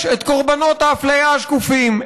יש את קורבנות האפליה השקופים,